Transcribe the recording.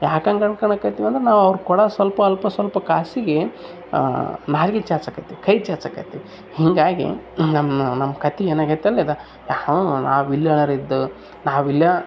ಯಾಕೆ ಹಂಗೆ ಅನ್ಕೊಳೋಕತೀವಿ ಅಂದ್ರೆ ನಾವು ಅವ್ರ ಕೊಡೋ ಸ್ವಲ್ಪ ಅಲ್ಪ ಸ್ವಲ್ಪ ಕಾಸಿಗೇ ನಾಲಿಗೆ ಚಾಚೋಕತೀವಿ ಕೈ ಚಾಚೋಕತೀವಿ ಹಿಂಗಾಗಿ ನಮ್ಮ ನಮ್ಮ ಕತೆ ಏನಾಗಿದೆ ಅಲ್ಲದೆ ಯಾವ ನಾವು ಇಲ್ಲಿಯವ್ರ್ ಇದ್ದು ನಾವು ಇಲ್ವ